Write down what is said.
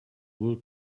will